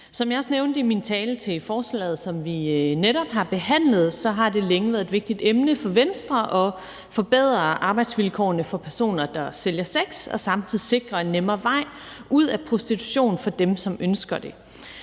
Som jeg også nævnte i min tale til det forslag, som vi netop har behandlet, så har det længe været et vigtigt emne for Venstre at forbedre arbejdsvilkårene for personer, der sælger sex, og samtidig sikre en nemmere vej ud af prostitution for dem, som ønsker det.